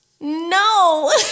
No